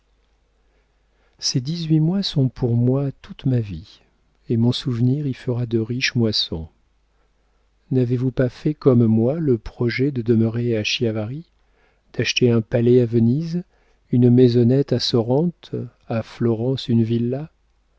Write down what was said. ces dix-huit mois sont pour moi toute ma vie et mon souvenir y fera de riches moissons n'avez-vous pas fait comme moi le projet de demeurer à chiavari d'acheter un palais à venise une maisonnette à sorrente à florence une villa